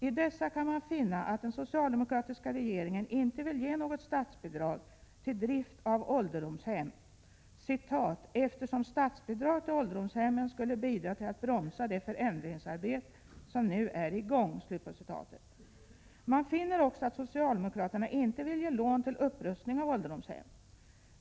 I dessa kan man finna att den socialdemokratiska regeringen inte vill ge något statsbidrag till drift av ålderdomshem ”eftersom statsbidrag till ålderdomshemmen skulle bidra till att bromsa det förändringsarbete som nu är i gång”. Man finner också att socialdemokraterna inte vill ge lån till upprustning av ålderdomshem.